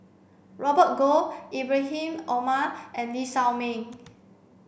Robert Goh Ibrahim Omar and Lee Shao Meng